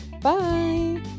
Bye